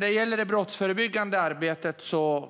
Det brottsförebyggande arbetet